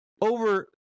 over